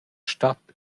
stat